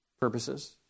purposes